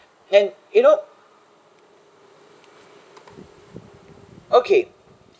and you know okay